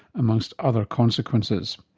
amongst other consequences.